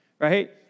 right